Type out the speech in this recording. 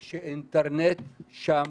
יש פריפריה גם במרכז הארץ,